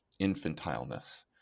infantileness